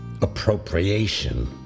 appropriation